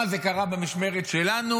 מה, זה קרה במשמרת שלנו?